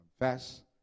confess